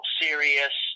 serious